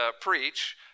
preach